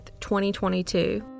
2022